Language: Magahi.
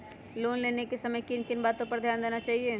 लोन लेने के समय किन किन वातो पर ध्यान देना चाहिए?